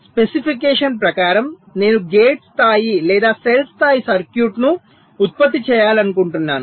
specification ప్రకారం నేను gate స్థాయి లేదా సెల్ స్థాయి సర్క్యూట్ను ఉత్పత్తి చేయాలనుకుంటున్నాను